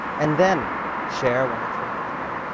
and then, share when it's the right time.